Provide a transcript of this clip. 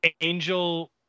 Angel